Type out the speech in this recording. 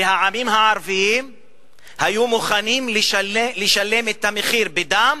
והעולם הערבי היו מוכנים לשלם את המחיר בדם